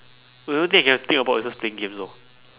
the only thing I can think about is just play games lor